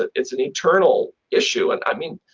ah it's an eternal issue. and, i mean,